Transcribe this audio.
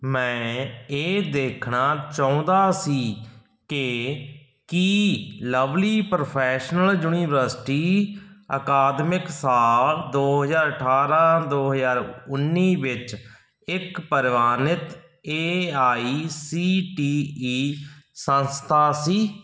ਮੈਂ ਇਹ ਦੇਖਣਾ ਚਾਹੁੰਦਾ ਸੀ ਕਿ ਕੀ ਲਵਲੀ ਪ੍ਰੋਫੈਸ਼ਨਲ ਯੂਨੀਵਰਸਿਟੀ ਅਕਾਦਮਿਕ ਸਾਲ ਦੋ ਹਜ਼ਾਰ ਅਠਾਰ੍ਹਾਂ ਦੋ ਹਜ਼ਾਰ ਉੱਨੀ ਵਿੱਚ ਇੱਕ ਪ੍ਰਵਾਨਿਤ A I C T E ਸੰਸਥਾ ਸੀ